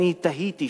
אני תהיתי,